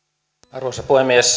arvoisa puhemies